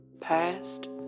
Past